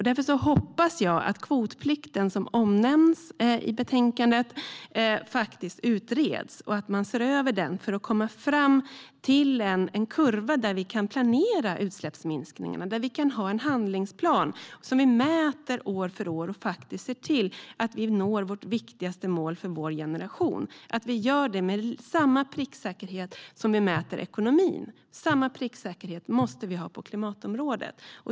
Därför hoppas jag att kvotplikten som omnämns i betänkandet faktiskt utreds och ses över för att komma fram till en kurva där vi kan planera utsläppsminskningarna och ha en handlingsplan som vi mäter år för år för att nå vårt viktigaste mål för vår generation och gör det med samma pricksäkerhet som vi när vi mäter ekonomin. Samma pricksäkerhet måste vi ha på klimatområdet.